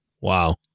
Wow